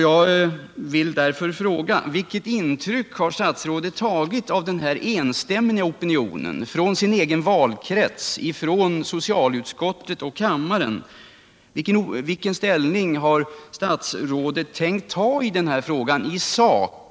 Jag vill därför fråga: Vilket intryck har statsrådet tagit av den enstämmiga opinionen från sin egen valkrets, från socialutskottet och kammaren? Vilken ställning har statsrådet tänkt ta i den här frågan i sak?